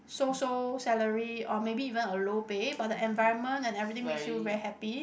so so salary or maybe even a low pay but the environment and everything makes you very happy